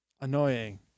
Annoying